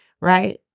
right